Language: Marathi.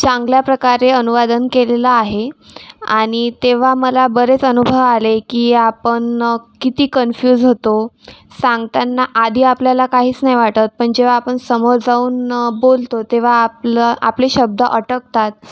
चांगल्या प्रकारे अनुवादन केलेलं आहे आणि तेव्हा मला बरेच अनुभव आले की आपण किती कन्फ्युज होतो सांगताना आधी आपल्याला काहीच नाही वाटत पण जेव्हा आपण समोर जाऊन बोलतो तेव्हा आपलं आपले शब्द अटकतात